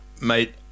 Mate